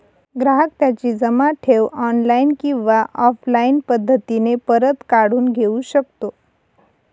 ग्राहक त्याची जमा ठेव ऑनलाईन किंवा ऑफलाईन पद्धतीने परत काढून घेऊ शकतो